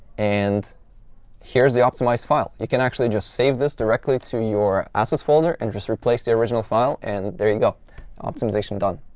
and here's the optimized file. you can actually just save this directly to your access folder, and just replace the original file, and there you go optimization done.